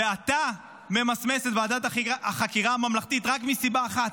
ואתה ממסמס את ועדת החקירה הממלכתית רק מסיבה אחת: